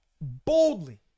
boldly